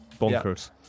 Bonkers